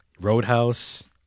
Roadhouse